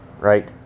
right